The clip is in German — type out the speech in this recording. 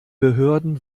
behörden